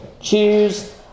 Choose